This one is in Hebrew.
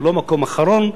לא מקום אחרון,